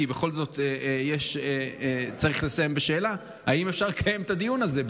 כי בכל זאת צריך לסיים בשאלה: האם אפשר לקיים את הדיון הזה?